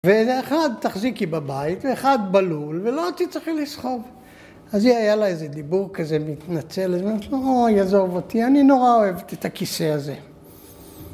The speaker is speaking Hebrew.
ואחד תחזיקי בבית, ואחד בלול, ולא תצטרכי לסחוב. אז היא היה לה איזה דיבור כזה מתנצלת, ואז היא אמרה, אוי, עזוב אותי, אני נורא אוהבת את הכיסא הזה.